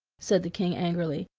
said the king angrily,